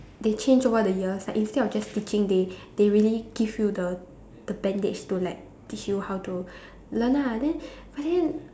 they change over the years like instead of just teaching they they really give you the the bandage to like teach you how to learn ah then but then